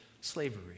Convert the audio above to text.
slavery